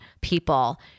people